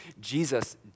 Jesus